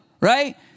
Right